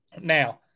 Now